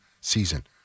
season